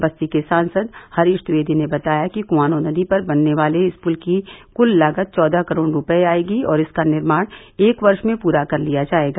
बस्ती के सांसद हरीश द्विवेदी ने बताया कि कुआनो नदी पर बनने वाले इस पुल की कुल लागत चौदह करोड़ रुपए आएगी और इसका निर्माण एक वर्ष में पूरा कर लिया जाएगा